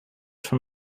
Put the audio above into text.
from